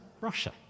Russia